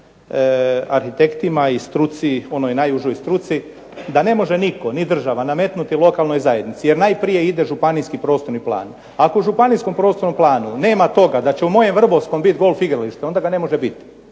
arhitektima i struci onoj najužoj struci, da ne može nitko ni država nametnuti lokalnoj zajednici jer najprije ide županijski plan. Ako u županijskom prostornom planu nema toga da će u mojem Vrbovskom biti golf igralište, onda ga ne može biti.